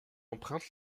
empreinte